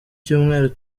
cyumweru